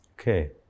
Okay